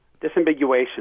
Disambiguation